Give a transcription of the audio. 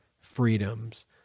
freedoms